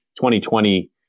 2020